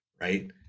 right